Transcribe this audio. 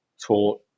taught